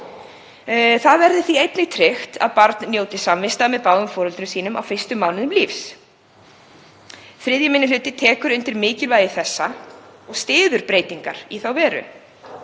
Þá verði með því einnig tryggt að barn njóti samvista með báðum foreldrum sínum á fyrstu mánuðum lífs. 3. minni hluti tekur undir mikilvægi þessa og styður breytingar í þá veru.